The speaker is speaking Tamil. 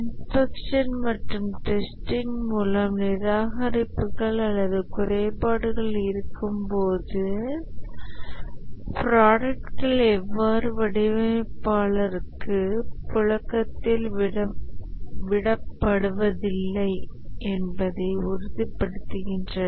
இன்ஸ்பெக்ஷன் மற்றும் டெஸ்டிங் மூலம் நிராகரிப்புகள் அல்லது குறைபாடுகள் இருக்கும்போது ப்ராடக்ட்கள் எவ்வாறு வாடிக்கையாளர்களுக்கு புழக்கத்தில் விடப்படுவதில்லை என்பதை உறுதிப்படுத்துகின்றன